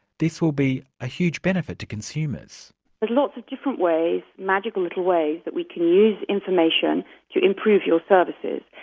this will be a huge benefit to consumers. there's but lots of different ways, magical little ways that we can use information to improve your services,